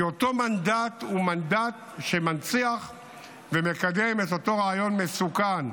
כי אותו מנדט הוא מנדט שמנציח ומקדם את אותו רעיון מסוכן,